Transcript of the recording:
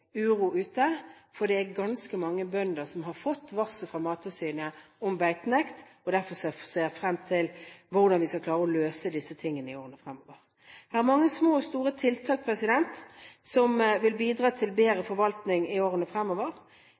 uro ute, for det er ganske mange bønder som har fått varsel fra Mattilsynet om beitenekt. Derfor ser jeg fram til at man skal klare å løse dette i årene fremover. Det er mange små og store tiltak som vil bidra til bedre forvaltning i årene fremover.